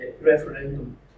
referendum